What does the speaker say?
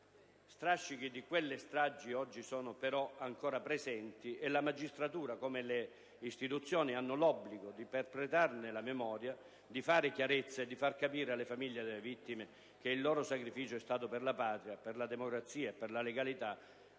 Strascichi di quelle stragi sono oggi però ancora presenti e la magistratura, così come le istituzioni, hanno l'obbligo di perpetrarne la memoria, di fare chiarezza e di far capire alle famiglie delle vittime che il loro sacrificio è stato per la Patria, per la democrazia e per la legalità,